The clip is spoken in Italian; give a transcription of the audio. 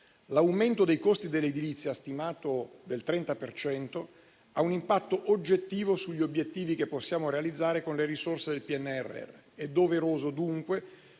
L'aumento dei costi dell'edilizia, stimato del 30 per cento, ha un impatto oggettivo sugli obiettivi che possiamo realizzare con le risorse del PNRR. È doveroso dunque